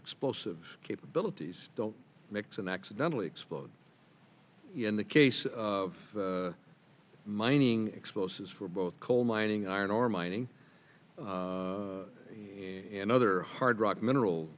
explosive capabilities don't mix and accidentally explode in the case of mining explosives for both coal mining iron ore mining in other hard rock mineral